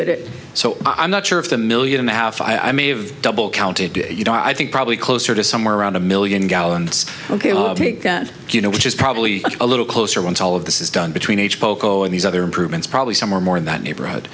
it so i'm not sure if a million and a half i may have double counted you know i think probably closer to somewhere around a million gallons ok i'll take you know which is probably a little closer once all of this is done between h poco and these other improvements probably somewhere more in that neighborhood